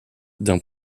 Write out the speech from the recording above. d’un